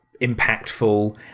impactful